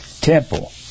temple